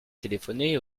téléphoner